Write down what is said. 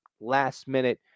last-minute